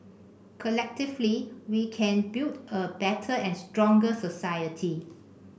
collectively we can build a better and stronger society